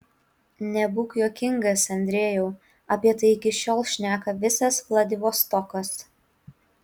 nebūk juokingas andrejau apie tai iki šiol šneka visas vladivostokas